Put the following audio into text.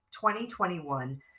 2021